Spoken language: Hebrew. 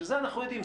שזה אנחנו יודעים,